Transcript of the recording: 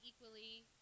equally